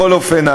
בכל אופן,